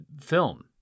film